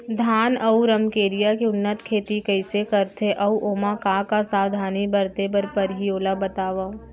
धान अऊ रमकेरिया के उन्नत खेती कइसे करथे अऊ ओमा का का सावधानी बरते बर परहि ओला बतावव?